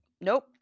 nope